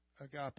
agape